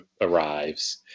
arrives